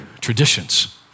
traditions